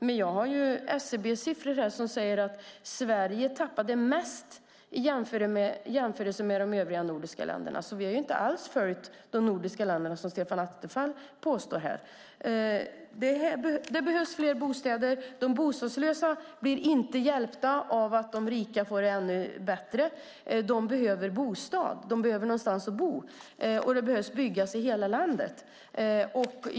Men jag har SCB:s siffror här, och de säger att Sverige tappade mest i jämförelse med de övriga nordiska länderna, så vi har inte alls följt de nordiska länderna, som Stefan Attefall påstår. Det behövs fler bostäder. De bostadslösa blir inte hjälpta av att de rika får det ännu bättre, utan de behöver någonstans att bo, och det behöver byggas i hela landet.